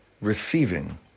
receiving